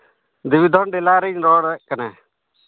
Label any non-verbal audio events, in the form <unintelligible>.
<unintelligible> ᱰᱤᱞᱟᱨᱤᱧ ᱨᱚᱲᱮᱫ ᱠᱟᱱᱟ